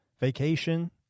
Vacation